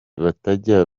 batajya